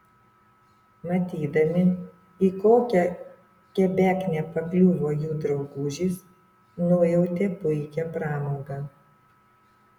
matydami į kokią kebeknę pakliuvo jų draugužis nujautė puikią pramogą